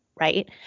right